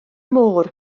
môr